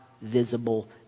visible